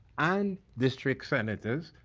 and district senators,